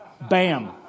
bam